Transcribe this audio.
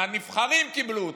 הנבחרים קיבלו אותה.